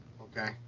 Okay